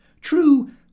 True